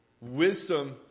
Wisdom